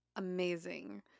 amazing